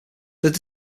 their